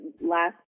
last